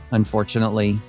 unfortunately